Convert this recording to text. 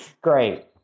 great